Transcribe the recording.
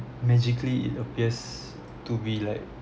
magically it appears to be like